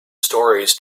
stories